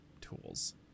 tools